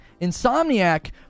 Insomniac